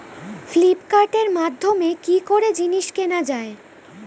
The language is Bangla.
ফ্লিপকার্টের মাধ্যমে কি করে জিনিস কেনা যায়?